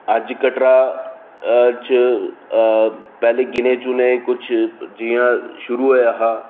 अज्ज कटरा च पैहले गिने चुने कुछ जि'यां शुरु होआ हा